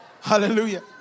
Hallelujah